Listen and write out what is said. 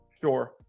Sure